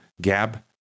Gab